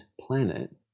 planet